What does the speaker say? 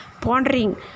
pondering